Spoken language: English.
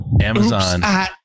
Amazon